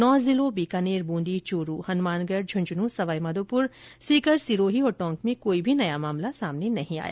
नौ जिलों बीकानेर बूंदी चूरू हनुमानगढ़ झुंझुनूं सवाई माधोपुर सीकर सिरोही और टोंक में कोई भी नया मामला सामने नहीं आया